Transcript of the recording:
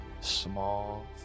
small